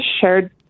shared